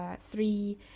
three